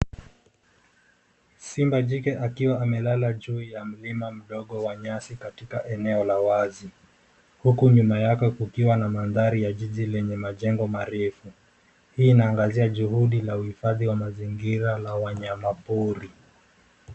Simba jike akiwa amelala juu ya mlima mdogo wa nyasi katika eneo la wazi huku nyuma yake kukiwa na mandhari ya jiji lenye majengo marefu. Hii inaangazia juhudi la uhifadhi wa mazingira la wanyamapori.